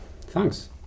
Thanks